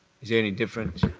is there any difference?